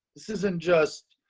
this isn't just